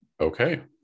Okay